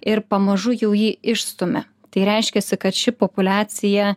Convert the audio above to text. ir pamažu jau jį išstumia tai reiškiasi kad ši populiacija